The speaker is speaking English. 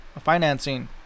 financing